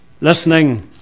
Listening